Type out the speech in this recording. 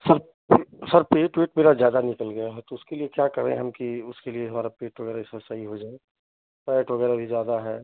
sir पेट sir पेट weight मेरा ज़्यादा निकल गया है तो उसके लिए क्या करें हम कि उसके लिए हमारा पेट थोड़ा ऐसा सही हो जाए फैट वग़ैरह भी ज़्यादा है